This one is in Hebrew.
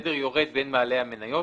בסדר יורד בין בעלי המניות,